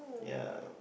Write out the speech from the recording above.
ya